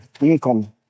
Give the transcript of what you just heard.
income